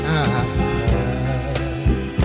eyes